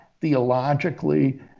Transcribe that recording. theologically